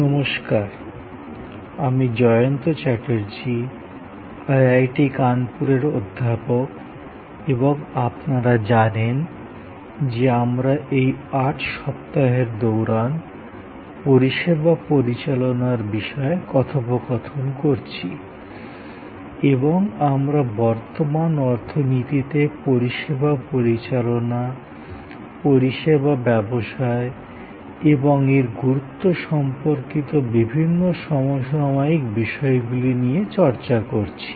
নমস্কার আমি জয়ন্ত চ্যাটার্জী আইআইটি কানপুরের অধ্যাপক এবং আপনারা জানেন যে আমরা এই ৮ সপ্তাহের দৌরান পরিষেবা পরিচালনার বিষয়ে কথোপকথন করছি এবং আমরা বর্তমান অর্থনীতিতে পরিষেবা পরিচালনা পরিষেবা ব্যবসায় এবং এর গুরুত্ব সম্পর্কিত বিভিন্ন সমসাময়িক বিষয়গুলি নিয়ে চর্চা করছি